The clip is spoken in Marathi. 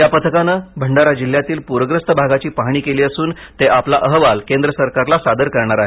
या पथकाने भंडारा जिल्यातील पूरग्रस्त भागाची पाहणी केली असून ते आपला अहवाल केंद्र सरकारला सादर करणार आहेत